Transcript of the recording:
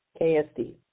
KSD